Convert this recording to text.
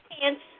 pants